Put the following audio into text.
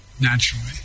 naturally